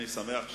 כיסאות מסתובבים,